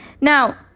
Now